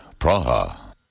Praha